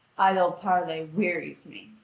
idle parley wearies me.